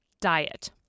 diet